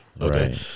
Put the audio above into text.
Okay